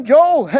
Joel